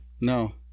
no